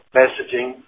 messaging